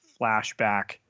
flashback